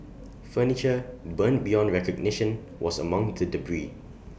furniture burned beyond recognition was among the debris